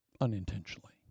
Unintentionally